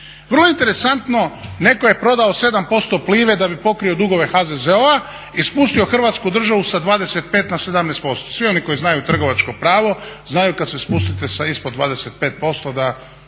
Vrlo je interesantno, netko je prodao 7% Plive da bi pokrio dugove HZZO-a i spustio Hrvatsku državu sa 25 na 17%. Svi oni koji znaju trgovačko pravo znaju kad se spustite ispod 25% da vama te